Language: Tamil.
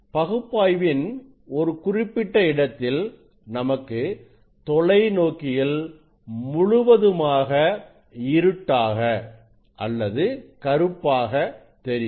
பகுப்பாய்வின் ஒரு குறிப்பிட்ட இடத்தில் நமக்கு தொலைநோக்கியில் முழுவதுமாக இருட்டாக அல்லது கருப்பாக தெரியும்